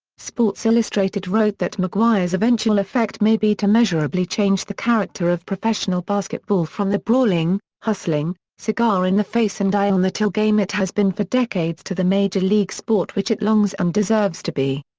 sports illustrated wrote that mcguire's eventual effect may be to measurably change the character of professional basketball from the brawling, hustling, cigar-in-the-face and eye-on-the-till game it has been for decades to the major league sport which it longs and deserves to be.